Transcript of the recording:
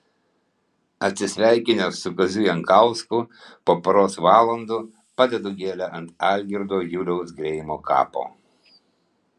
atsisveikinęs su kaziu jankausku po poros valandų padedu gėlę ant algirdo juliaus greimo kapo